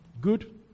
Good